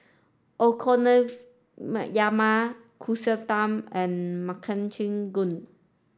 Okonomiyaki Kushikatsu and Makchang Gui